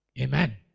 Amen